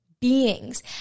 beings